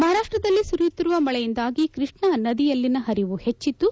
ಮಹಾರಾಷ್ಟದಲ್ಲಿ ಸುರಿಯುತ್ತಿರುವ ಮಳೆಯಂದಾಗಿ ಕೃಷ್ಣಾ ನದಿಯಲ್ಲಿನ ಪರಿವು ಹೆಚ್ಚಿದ್ದು